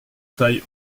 taille